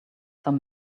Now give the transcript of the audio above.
some